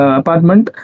apartment